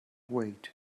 wait